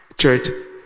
Church